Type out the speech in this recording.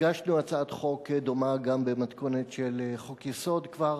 הגשנו הצעת חוק דומה גם במתכונת של חוק-יסוד כבר